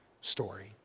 story